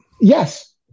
Yes